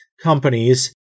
companies